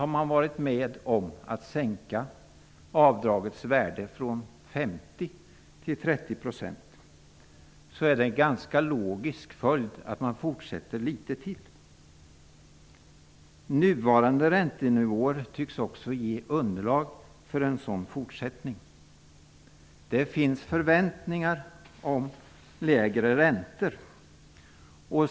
Har man varit med om att sänka avdragets värde från 50 % till 30 % är det en logisk följd att man fortsätter litet till. Nuvarande räntenivåer tycks också ge underlag för en sådan fortsättning. Det finns förväntningar om lägre räntor.